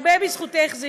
הרבה בזכותך.